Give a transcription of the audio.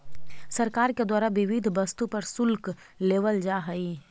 सरकार के द्वारा विविध वस्तु पर शुल्क लेवल जा हई